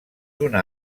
una